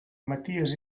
maties